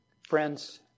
Friends